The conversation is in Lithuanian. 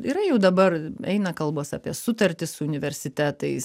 yra jau dabar eina kalbos apie sutartis su universitetais